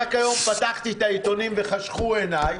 רק היום פתחתי את העיתונים וחשכו עיני.